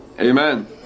Amen